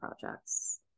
projects